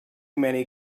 many